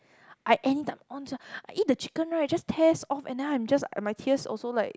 I anytime onz I eat the chicken right just tears off and them I am just my tears also like